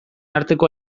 arteko